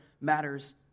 matters